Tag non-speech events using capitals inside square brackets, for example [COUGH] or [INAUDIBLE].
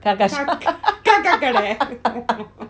kaka sh~ [LAUGHS]